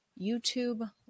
YouTube